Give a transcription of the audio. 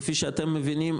כפי שאתם מבינים,